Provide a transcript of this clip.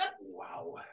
Wow